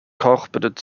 carpeted